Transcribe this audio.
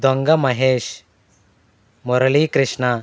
దొంగ మహేష్ మురళీ క్రిష్ణా